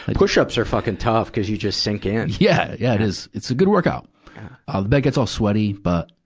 and push-up are fucking tough, cuz you just sink in. yeah, yeah, it is. it's a good workout. ah the bed gets all sweaty, but,